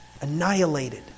annihilated